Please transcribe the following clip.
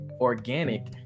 organic